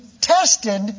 tested